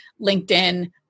LinkedIn